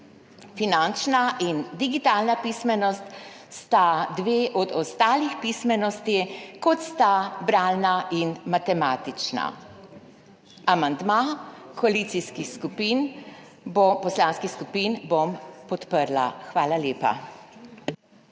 Finančna in digitalna pismenost sta dve od ostalih pismenosti, kot sta bralna in matematična. Amandma koalicijskih poslanskih skupin bom podprla. Hvala lepa.